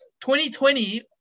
2020